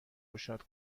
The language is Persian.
گشاد